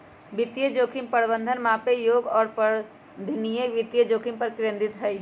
वित्तीय जोखिम प्रबंधन मापे योग्य और प्रबंधनीय वित्तीय जोखिम पर केंद्रित हई